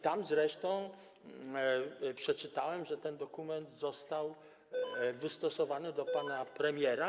Tam też zresztą przeczytałem, że ten dokument został wystosowany do pana premiera.